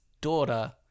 daughter